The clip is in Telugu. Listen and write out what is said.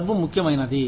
డబ్బు ముఖ్యమైనది